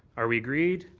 are we agreed?